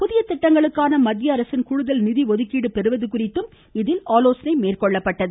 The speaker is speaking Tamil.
புதிய திட்டங்களுக்கான மத்தியஅரசின் கூடுதல் நிதி ஒதுக்கீடு குறித்தும் இதில் ஆலோசனை மேற்கொள்ளப்பட்டது